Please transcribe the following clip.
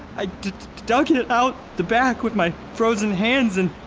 i d-d-d-dug out the back with my frozen hands and